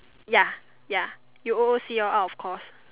ya ya you O_O_C out of course